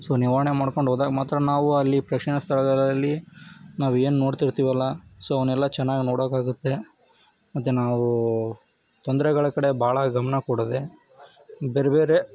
so ನಿವಾರಣೆ ಮಾಡ್ಕೊಂಡು ಹೋದಾಗ ಮಾತ್ರ ನಾವು ಅಲ್ಲಿ ಪ್ರೇಕ್ಷಣೀಯ ಸ್ಥಳಗಳಲ್ಲಿ ನಾವೇನು ನೋಡ್ತಿರ್ತೀವಲ್ಲ ಸೊ ಅವ್ನೆಲ್ಲ ಚೆನ್ನಾಗಿ ನೋಡೋಕ್ಕಾಗುತ್ತೆ ಮತ್ತು ನಾವು ತೊಂದರೆಗಳ ಕಡೆ ಭಾಳ ಗಮನ ಕೊಡದೇ ಬೇರೆ ಬೇರೆ